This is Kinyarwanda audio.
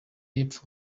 y’epfo